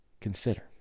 consider